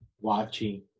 watching